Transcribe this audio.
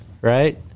right